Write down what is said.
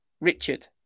Richard